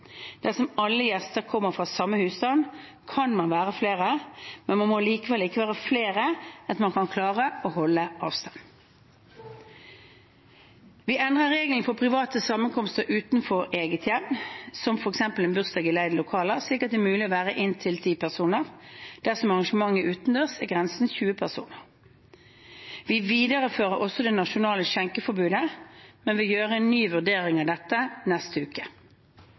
Dersom alle gjestene kommer fra samme husstand, kan man være flere, men det må likevel ikke være flere enn at man kan klare å holde avstand. Vi endrer regelen for private sammenkomster utenfor eget hjem, som f.eks. en bursdag i leid lokale, slik at det blir mulig å være inntil 10 personer. Dersom arrangementet er utendørs, er grensen 20 personer. Vi viderefører også det nasjonale skjenkeforbudet, men vil gjøre en ny vurdering av dette neste uke.